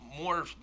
more